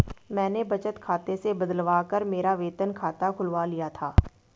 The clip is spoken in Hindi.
मैंने बचत खाते से बदलवा कर मेरा वेतन खाता खुलवा लिया था